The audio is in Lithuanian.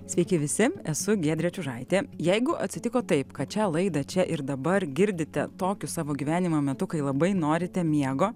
sveiki visi esu giedrė čiužaitė jeigu atsitiko taip kad šią laidą čia ir dabar girdite tokiu savo gyvenimo metu kai labai norite miego